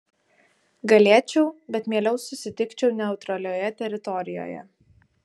galėčiau bet mieliau susitikčiau neutralioje teritorijoje